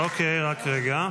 אוקיי, רק רגע.